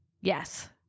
Yes